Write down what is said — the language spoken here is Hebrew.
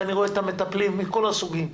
ואני רואה את המטפלים מכל הסוגים.